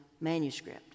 manuscript